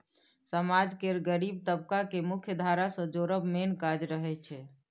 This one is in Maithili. समाज केर गरीब तबका केँ मुख्यधारा सँ जोड़ब मेन काज रहय छै